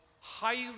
highly